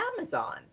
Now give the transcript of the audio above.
Amazon